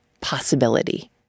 Possibility